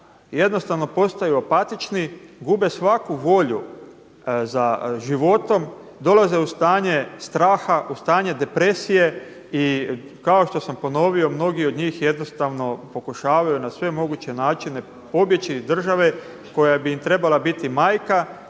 jednostavno postanu apatični, gube svaku volju za životom, dolaze u stanje straha, u stanje depresije i kao što sam ponovio mnogi od njih jednostavno pokušavaju na sve moguće načine pobjeći iz države koja bi im trebala biti majka,